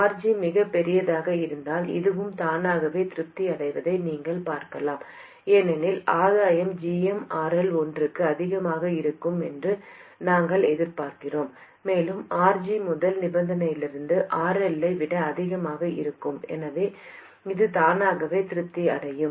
RG மிகப் பெரியதாக இருந்தால் இதுவும் தானாகவே திருப்தி அடைவதை நீங்கள் பார்க்கலாம் ஏனெனில் ஆதாயம் gm RL ஒன்றுக்கு அதிகமாக இருக்கும் என்று நாங்கள் எதிர்பார்க்கிறோம் மேலும் RG முதல் நிபந்தனையிலிருந்து RL ஐ விட அதிகமாக இருக்கும் எனவே இதுவும் தானாகவே திருப்தி அடையும்